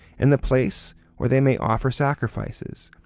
in the place where they may offer sacrifices,